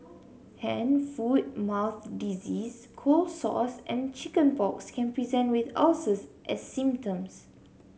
hand foot mouth disease cold sores and chicken pox can present with ulcers as symptoms